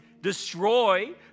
destroy